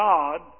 God